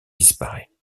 disparaît